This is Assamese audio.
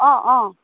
অঁ অঁ